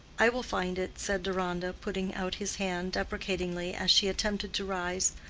i will find it, said deronda, putting out his hand deprecatingly as she attempted to rise.